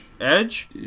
edge